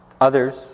Others